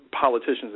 politicians